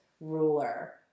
ruler